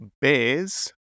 bears